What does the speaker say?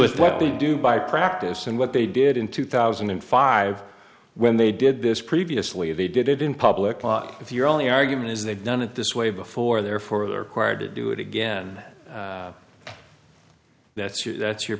with what they do by practice and what they did in two thousand and five when they did this previously they did it in public law if your only argument is they've done it this way before they're for the required to do it again that's you that's your